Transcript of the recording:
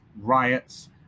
riots